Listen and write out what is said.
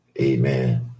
Amen